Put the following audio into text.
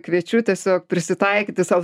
kviečiu tiesiog prisitaikyti sau